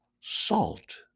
Salt